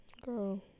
girl